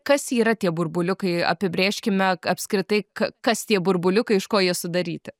kas yra tie burbuliukai apibrėžkime apskritai ka kas tie burbuliukai iš ko jie sudaryti